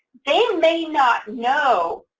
they may not know,